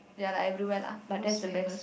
ya lah everywhere lah but that's the best